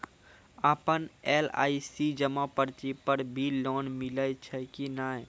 आपन एल.आई.सी जमा पर्ची पर भी लोन मिलै छै कि नै?